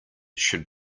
should